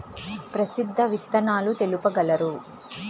ప్రసిద్ధ విత్తనాలు తెలుపగలరు?